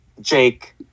Jake